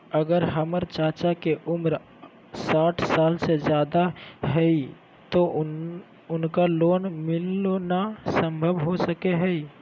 अगर हमर चाचा के उम्र साठ साल से जादे हइ तो उनका लोन मिलना संभव हो सको हइ?